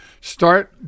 start